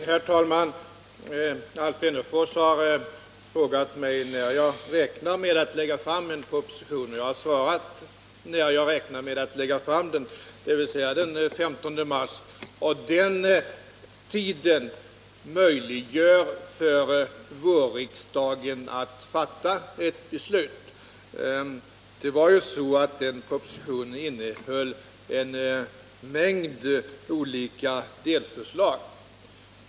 Herr talman! Alf Wennerfors har frågat mig när jag räknar med att lägga fram en proposition, och jag har svarat när jag räknar med att lägga fram den, dvs. den 15 mars. Den tiden möjliggör för vårriksdagen att fatta ett beslut. Den här propositionen innehåller ju en mängd olika delförslag.